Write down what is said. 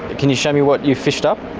can you show me what you've finished up?